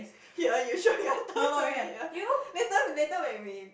here you sure you want talk to me here later later when we